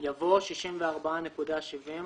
יבוא "64.7",